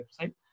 website